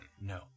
No